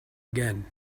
again